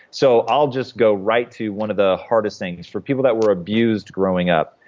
so i'll just go right to one of the hardest things for people that were abused growing up.